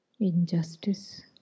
Injustice